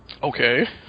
Okay